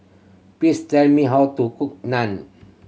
please tell me how to cook Naan